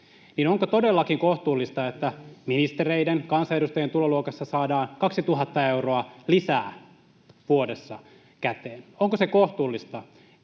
niin onko todellakin kohtuullista, että ministereiden ja kansanedustajien tuloluokassa saadaan 2 000 euroa lisää vuodessa käteen? Onko se kohtuullista,